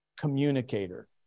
communicator